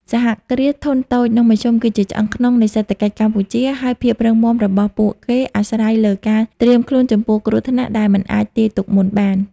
សហគ្រាសធុនតូច និងមធ្យម គឺជាឆ្អឹងខ្នងនៃសេដ្ឋកិច្ចកម្ពុជា ហើយភាពរឹងមាំរបស់ពួកគេអាស្រ័យលើការត្រៀមខ្លួនចំពោះគ្រោះថ្នាក់ដែលមិនអាចទាយទុកមុនបាន។